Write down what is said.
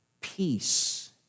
peace